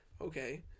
Okay